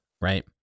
right